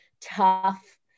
tough